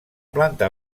planta